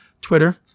Twitter